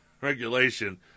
regulation